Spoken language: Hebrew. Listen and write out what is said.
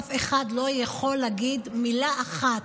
אף אחד לא יכול להגיד מילה אחת.